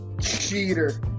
Cheater